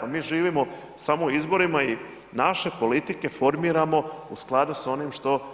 Pa mi živimo samo u izborima i naše politike formiramo u skladu sa onim što